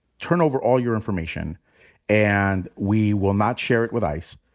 turn over all your information and we will not share it with ice.